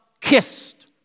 kissed